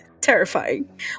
terrifying